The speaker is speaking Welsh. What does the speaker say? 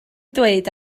dweud